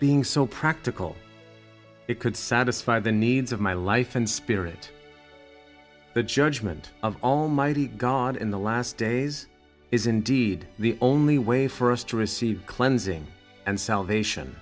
being so practical it could satisfy the needs of my life and spirit the judgement of almighty god in the last days is indeed the only way for us to receive cleansing and salvation